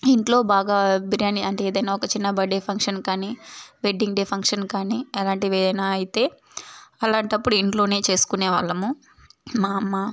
ఇంట్లో బాగా బిర్యానీ అంటే ఏదైనా ఒక చిన్న బడ్డే ఫంక్షన్ కానీ వెడ్డింగ్ డే ఫంక్షన్ కానీ అలాంటివే నా అయితే అలాంటప్పుడు ఇంట్లోనే చేసుకునే వాళ్ళము మా అమ్మ